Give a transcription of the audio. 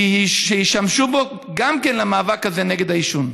שישתמשו בו גם למאבק הזה נגד העישון.